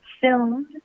filmed